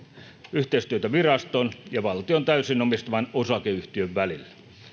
yhteistyötä viraston ja valtion täysin omistaman osakeyhtiön välillä